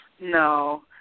No